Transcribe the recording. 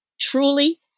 truly